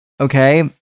Okay